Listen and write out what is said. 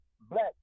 black